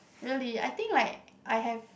really I think like I have